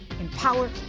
empower